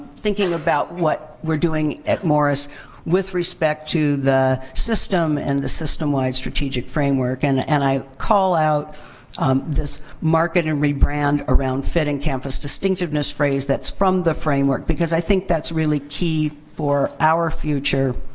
thinking about what we're doing at morris with respect to the system and the system-wide strategic framework. and and i call out this market and rebrand around fit and campus distinctiveness phrase that's from the framework, because i think that's really key for our future